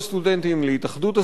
להתאחדות הסטודנטים.